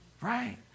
right